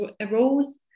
arose